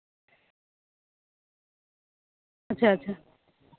ᱟᱪᱪᱷᱟ ᱟᱪᱪᱷᱟ